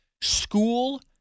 school